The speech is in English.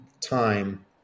time